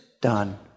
done